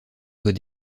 doit